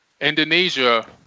Indonesia